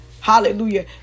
hallelujah